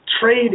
trade